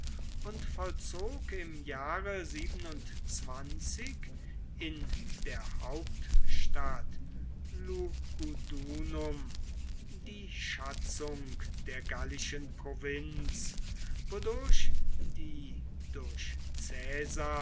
und vollzog im jahre in der hauptstadt lugudunum die schatzung der gallischen provinz wodurch die durch